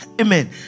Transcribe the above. Amen